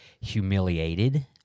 humiliated